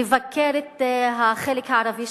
לבקר את החלק הערבי.